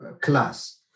class